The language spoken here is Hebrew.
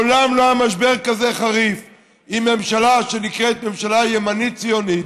מעולם לא היה משבר כזה חריף עם ממשלה שנקראת ממשלה ימנית ציונית,